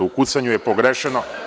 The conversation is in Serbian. U kucanju je pogrešeno.